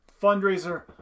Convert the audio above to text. Fundraiser